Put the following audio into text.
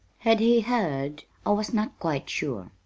had he heard? i was not quite sure.